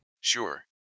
Sure